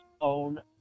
own